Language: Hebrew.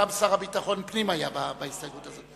גם השר לביטחון פנים היה בהסתייגות הזאת.